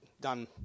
done